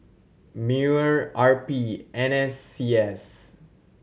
MEWR R P N S C S